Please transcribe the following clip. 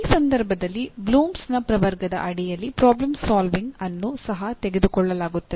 ಆ ಸಂದರ್ಭದಲ್ಲಿ ಬ್ಲೂಮ್ಸ್ ಪ್ರವರ್ಗದ ಅಡಿಯಲ್ಲಿ ಪ್ರಾಬ್ಲೆಮ್ ಸೊಳ್ವಿಂಗ್ ಅನ್ನು ಸಹ ತೆಗೆದುಕೊಳ್ಳಲಾಗುತ್ತದೆ